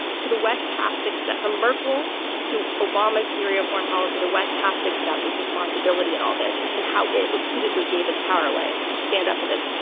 the west has to accept from merkel to obama's syria foreign policy the west has to accept its responsibility in all this, and and how it repeatedly gave its power away to stand up to this.